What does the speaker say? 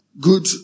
good